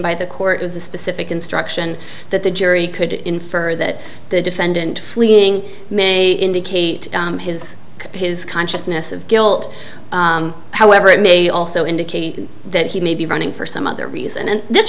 by the court was a specific instruction that the jury could infer that the defendant fleeing may indicate his his consciousness of guilt however it may also indicate that he may be running for some other reason and th